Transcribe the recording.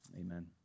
Amen